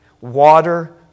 water